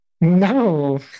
No